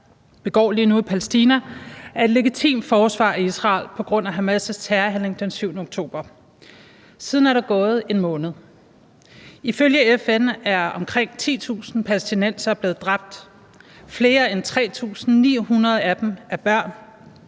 begår lige nu i Palæstina, er et legitimt forsvar af Israel på grund af Hamas' terrorhandling den 7. oktober. Siden er der gået 1 måned. Ifølge FN er omkring 10.000 palæstinensere blevet dræbt, flere end 3.900 af dem er børn.